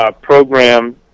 program